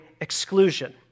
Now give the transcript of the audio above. exclusion